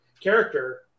character